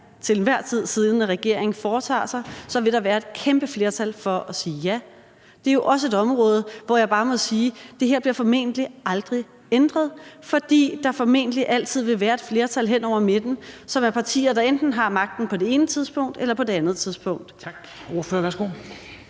til enhver tid siddende regering foretager sig, så vil være et kæmpe flertal for at sige ja. Det her er jo også bare et område, hvor jeg må sige, at det formentlig aldrig bliver ændret, fordi der formentlig altid vil være et flertal hen over midten, som er partier, der enten har magten på det ene tidspunkt eller på det andet tidspunkt.